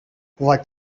what